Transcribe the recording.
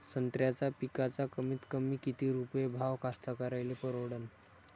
संत्र्याचा पिकाचा कमीतकमी किती रुपये भाव कास्तकाराइले परवडन?